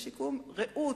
"רעות",